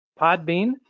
Podbean